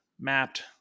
mapped